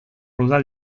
udal